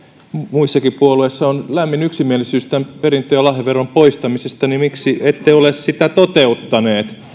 muissakin puolueissa on lämmin yksimielisyys tämän perintö ja lahjaveron poistamisesta niin miksi ette ole sitä toteuttaneet